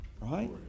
Right